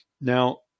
Now